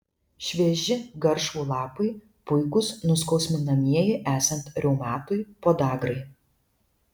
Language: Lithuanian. švieži garšvų lapai puikūs nuskausminamieji esant reumatui podagrai